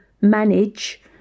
manage